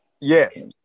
Yes